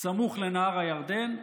סמוך לנהר הירדן,